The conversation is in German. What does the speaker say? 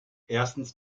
erstens